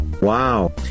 Wow